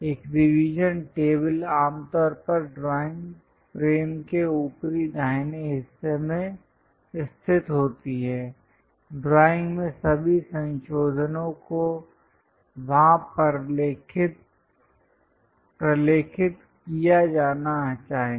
एक revision table आमतौर पर ड्राइंग फ्रेम के ऊपरी दाहिने हिस्से में स्थित होती है ड्राइंग में सभी संशोधनों को वहां प्रलेखित किया जाना चाहिए